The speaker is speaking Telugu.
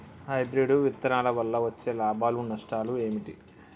హైబ్రిడ్ విత్తనాల వల్ల వచ్చే లాభాలు నష్టాలు ఏమిటి?